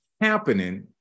happening